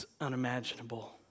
unimaginable